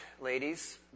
ladies